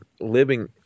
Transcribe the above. living